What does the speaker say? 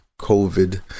COVID